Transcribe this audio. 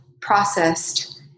processed